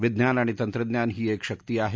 विज्ञान आणि तंत्रज्ञान ही क्रि शक्ती आहे